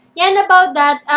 yeah and about that,